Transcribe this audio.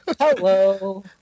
Hello